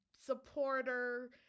supporter